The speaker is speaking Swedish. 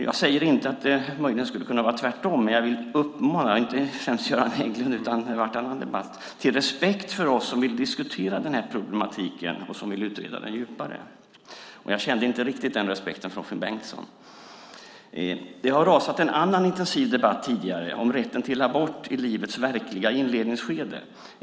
Jag säger inte att det möjligen skulle kunna vara tvärtom, men jag vill uppmana, inte främst Göran Hägglund för det blev också annan debatt, till respekt för oss som vill diskutera denna problematik och som vill utreda den djupare. Jag kände inte riktigt den respekten från Finn Bengtsson. Det har rasat en annan intensiv debatt tidigare - om rätten till abort i livets verkliga inledningsskede.